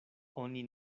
oni